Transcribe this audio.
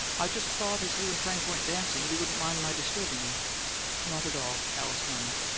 i just thought as you and frank weren't dancing you wouldn't mind my disturbing you not at all, alice murmured.